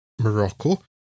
Morocco